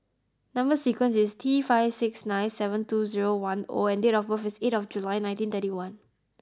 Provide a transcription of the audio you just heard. number sequence is T five six nine seven two zero one O and date of birth is eight of July nineteen thirty one